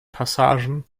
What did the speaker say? passagen